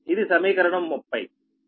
ఇది సమీకరణం 30